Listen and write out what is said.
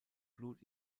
blut